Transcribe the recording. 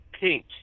pink